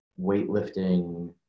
weightlifting